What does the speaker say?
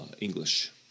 English